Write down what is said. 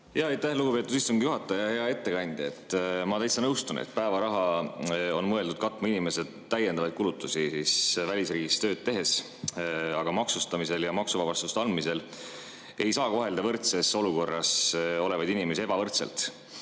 Aitäh, lugupeetud istungi juhataja! Hea ettekandja! Ma täitsa nõustun, et päevaraha on mõeldud katma inimese täiendavaid kulutusi välisriigis tööd tehes. Aga maksustamisel ja maksuvabastuste andmisel ei saa kohelda võrdses olukorras olevaid inimesi ebavõrdselt.